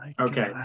Okay